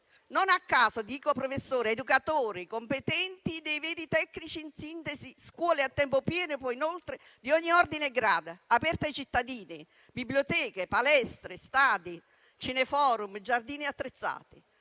Non a caso dico professori, educatori competenti, dei veri tecnici in sintesi, scuole a tempo pieno e inoltre di ogni ordine e grado, aperte ai cittadini, biblioteche, palestre, stadi, cineforum, giardini attrezzati;